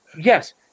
Yes